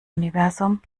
universum